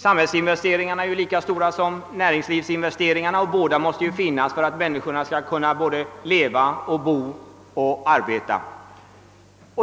Samhällsinvesteringarna är ju lika stora som näringslivsinvesteringarna, och båda måste ju finnas för att människorna skall kunna leva och arbeta.